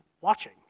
watching